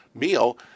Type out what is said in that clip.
meal